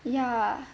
ya